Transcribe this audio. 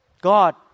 God